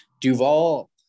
Duval